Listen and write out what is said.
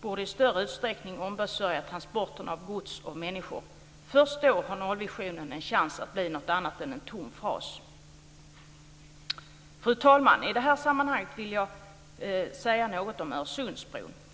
borde i större utsträckning ombesörja transporten av gods och människor. Först då har nollvisionen en chans att bli något annat än en tom fras. Fru talman! I det här sammanhanget vill jag säga något om Öresundsbron.